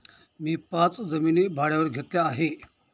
मी पाच जमिनी भाड्यावर घेतल्या आहे